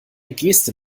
geste